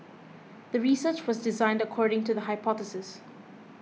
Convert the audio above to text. the research was designed according to the hypothesis